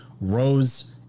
Rose